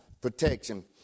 protection